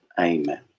Amen